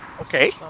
Okay